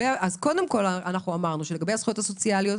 אמרנו שלגבי הזכויות הסוציאליות,